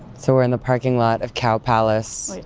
so we're in the parking lot of cow palace.